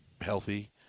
healthy